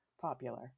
popular